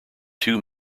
two